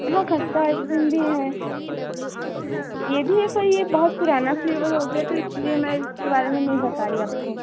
हाँ खस्ता आइसक्रीम भी है ये भी है पर ये बहुत पुराना फ्लेवर हो गया तो इसलिए मैं इसके बारे में नहीं बता रही आपको